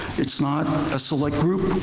it's not a select group,